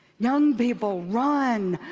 young people, run.